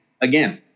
again